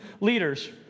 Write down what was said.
leaders